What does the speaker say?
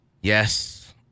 Yes